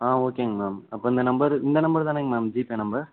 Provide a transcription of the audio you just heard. ஆ ஓகேங்க மேம் அப்போ இந்த நம்பரு இந்த நம்பரு தானேங்க மேம் ஜிபே நம்பர்